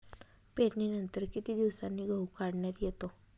पेरणीनंतर किती दिवसांनी गहू काढण्यात येतो?